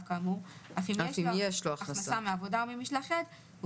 כאמור אף אם יש לו הכנסה מעבודה או ממשלח יד,